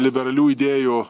liberalių idėjų